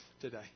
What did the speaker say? today